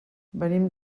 venim